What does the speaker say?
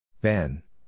Ben